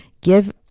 give